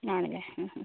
ആണല്ലേ